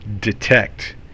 detect